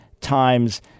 times